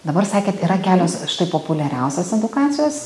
dabar sakėt yra kelios štai populiariausios edukacijos